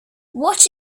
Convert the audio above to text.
what